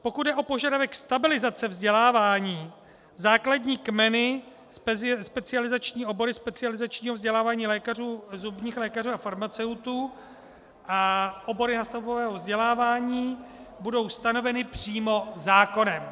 Pokud jde o požadavek stabilizace vzdělávání, základní kmeny, specializační obory specializačního vzdělávání lékařů, zubních lékařů a farmaceutů a obory nástavbového vzdělávání budou stanoveny přímo zákonem.